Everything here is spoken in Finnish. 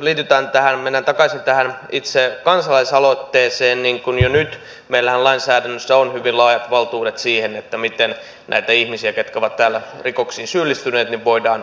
mutta jos mennään takaisin tähän itse kansalaisaloitteeseen niin meillähän on jo nyt lainsäädännössä hyvin laajat valtuudet siihen miten näitä ihmisiä jotka ovat täällä rikoksiin syyllistyneet